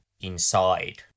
inside